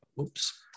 oops